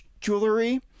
jewelry